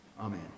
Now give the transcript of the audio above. Amen